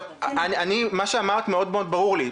מה שאמרת מאוד ברור לי,